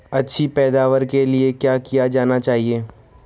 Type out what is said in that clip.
अच्छी पैदावार के लिए क्या किया जाना चाहिए?